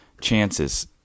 chances